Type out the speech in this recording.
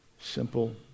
simple